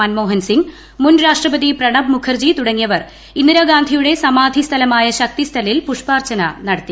മൻമോഹൻ സിംഗ് മുൻ രാഷ്ട്രപതി പ്രണബ് മുഖർജി തുടങ്ങിയവർ ഇന്ദിരാഗാന്ധിയുടെ സമാധിസ്ഥലമായ ശക്തിസ്ഥലിൽ പുഷ്പാർച്ചന നടത്തി